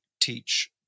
teach